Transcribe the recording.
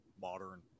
modern